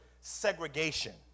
segregation